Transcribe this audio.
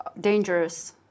dangerous